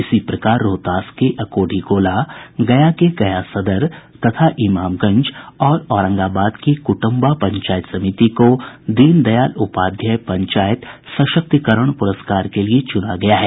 इसी प्रकार रोहतास के अकोढ़ी गोला गया के गया सदर तथा इमामगंज और औरंगाबाद की कुटुम्बा पंचायत समिति को दीन दयाल उपाध्याय पंचायत सशक्तीकरण पुरस्कार के लिए चुना गया है